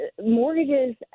mortgages